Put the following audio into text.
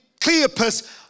Cleopas